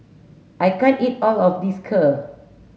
I can't eat all of this Kheer